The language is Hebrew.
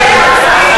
תתבייש לך.